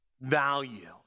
value